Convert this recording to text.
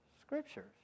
scriptures